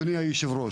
אדוני היושב-ראש,